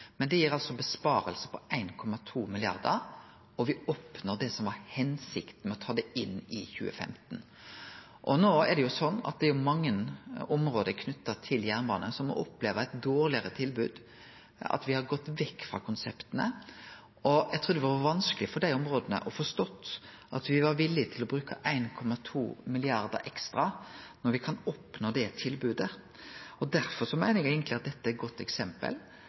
men det gir altså innsparing på 1,2 mrd. kr, og me oppnår det som var hensikta med å ta det inn i 2015. No er det sånn at det er mange område knytt til jernbane som må oppleve eit dårlegare tilbod, at me har gått vekk frå konsepta. Eg trur det ville vore vanskeleg for dei områda å forstå at me var villige til å bruke 1,2 mrd. kr ekstra når me kan oppnå det tilbodet. Derfor meiner eg eigentleg at dette er eit godt eksempel